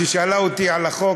ששאלה אותי על החוק,